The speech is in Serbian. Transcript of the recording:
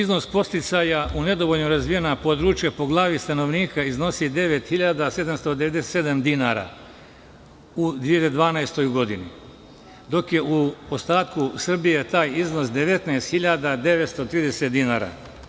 Iznos podsticaja u nedovoljno razvijena područja po glavi stanovnika iznosi 9.797 dinara u 2012. godini, dok je u ostatku Srbije taj iznos 19.930 dinara.